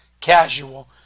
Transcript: casual